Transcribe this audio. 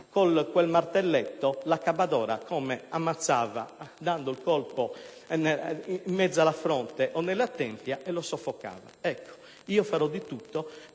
con il martelletto, l'accabbadora che ammazzava dando il colpo in mezzo alla fronte o nella tempia o soffocando il malato. Farò di tutto